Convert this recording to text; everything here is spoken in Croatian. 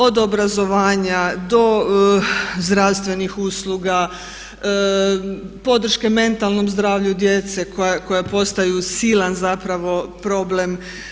Od obrazovanja do zdravstvenih usluga, podrške mentalnom zdravlju djece koja postaju silan zapravo problem.